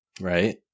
Right